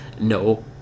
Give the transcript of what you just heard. no